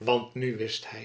hy aannam wist hy